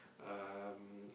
um